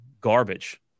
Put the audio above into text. garbage